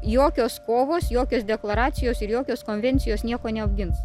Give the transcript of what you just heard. jokios kovos jokios deklaracijos ir jokios konvencijos nieko neapgins